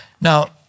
Now